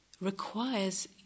requires